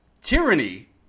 tyranny